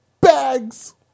bags